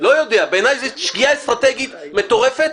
בעיני זו שגיאה אסטרטגית מטורפת.